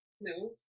no